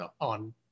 on